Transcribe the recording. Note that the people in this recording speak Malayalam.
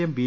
M B